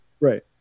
Right